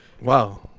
Wow